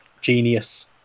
genius